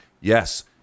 Yes